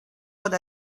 what